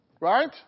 right